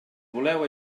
voleu